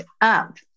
up